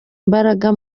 imbaraga